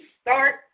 start